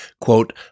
quote